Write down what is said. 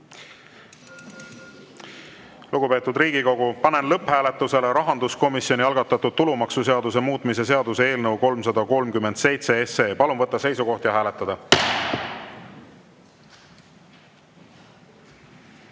Lugupeetud Riigikogu, panen lõpphääletusele rahanduskomisjoni algatatud tulumaksuseaduse muutmise seaduse eelnõu 337. Palun võtta seisukoht ja hääletada!